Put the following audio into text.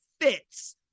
fits